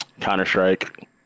Counter-Strike